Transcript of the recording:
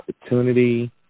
opportunity